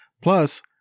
Plus